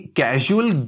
casual